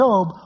Job